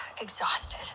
exhausted